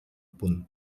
pun